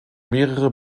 mehrere